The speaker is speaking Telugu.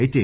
అయితే